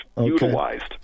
Utilized